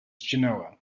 genoa